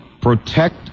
protect